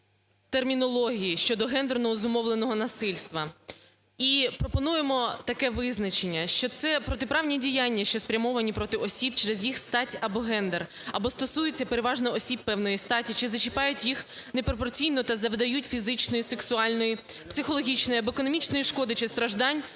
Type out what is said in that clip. термінології щодо гендерного зумовленого насильства. І пропонуємо таке визначення, що це протиправні діяння, що спрямовані проти осіб через їх стать або гендер, або стосується переважно осіб певної статі чи зачіпають їх непропорційно та завдають фізичної, сексуальної, психологічної або економічної шкоди чи страждань,